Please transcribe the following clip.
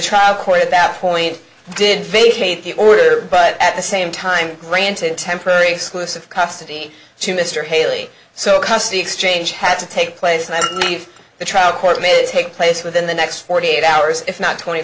trial court at that point did vacate the order but at the same time granted temporary exclusive custody to mr haley so custody exchange had to take place and i believe the trial court may take place within the next forty eight hours if not twenty